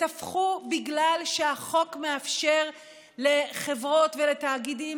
ותפחו בגלל שהחוק מאפשר לחברות ולתאגידים